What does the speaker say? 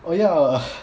oh ya